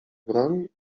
broń